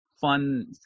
fun